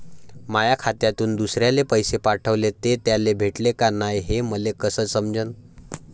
माया खात्यातून दुसऱ्याले पैसे पाठवले, ते त्याले भेटले का नाय हे मले कस समजन?